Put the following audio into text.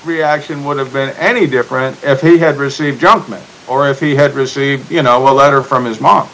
reaction would have been any different if he had received junk mail or if he had received you know well letter from his mom